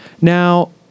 Now